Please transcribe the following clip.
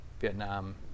Vietnam